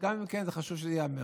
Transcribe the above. גם אם כן, חשוב שזה ייאמר.